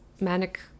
manic